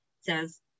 says